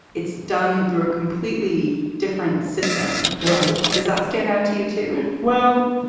it's done through a completely different system. right. does that stand out to you, too? well,